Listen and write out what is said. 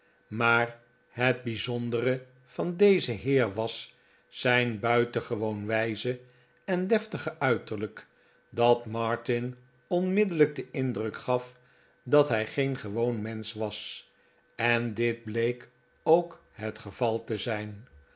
maar het bijzondere van dezen heer was zijn buitengewoon wijze en deftige uiterlijk dat martin onmiddellijk den indruk gaf dat hij geen gewoon mensch was en dit bleek ook het geval te zijn